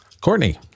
courtney